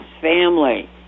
family